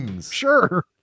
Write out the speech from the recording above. sure